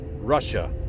Russia